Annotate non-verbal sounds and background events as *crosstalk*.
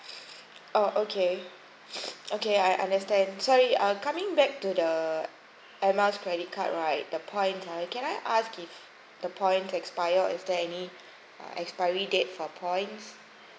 oh okay *noise* okay I understand sorry uh coming back to the air miles credit card right the points ah can I ask if the points expire or is there any expiry date for points